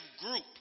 group